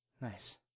Nice